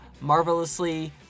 marvelously